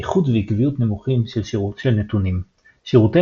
איכות ועקביות נמוכים של נתונים שירותי